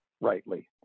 rightly